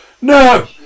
No